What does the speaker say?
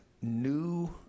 new